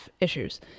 issues